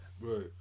Right